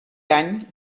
any